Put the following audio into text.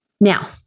Now